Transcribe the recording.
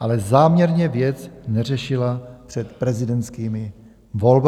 ale záměrně věc neřešila před prezidentskými volbami.